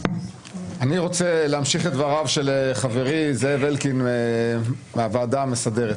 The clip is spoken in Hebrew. אני רוצה להמשיך את דבריו של חברי זאב אלקין מהוועדה המסדרת.